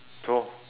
so